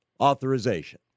authorization